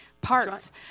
parts